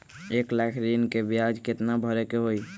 एक लाख ऋन के ब्याज केतना भरे के होई?